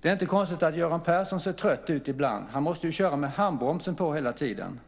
Det är inte konstigt att Göran Persson ser trött ut ibland. Han måste ju köra med handbromsen på hela tiden.